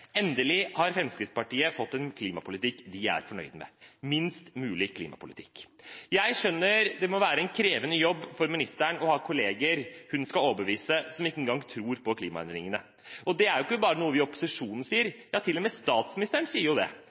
Endelig har Fremskrittspartiet fått en klimapolitikk de er fornøyd med: minst mulig klimapolitikk. Jeg skjønner at det må være en krevende jobb for ministeren å ha kollegaer å overbevise som ikke engang tror på klimaendringene. Det er ikke bare noe vi i opposisjonen sier – nei, til og med statsministeren sier det.